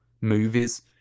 movies